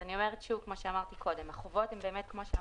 אני אומרת שוב, כמו שאמרתי קודם, החובות מיועדות